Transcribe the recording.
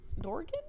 Dorgan